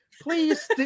Please